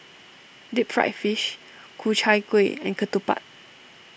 Deep Fried Fish Ku Chai Kueh and Ketupat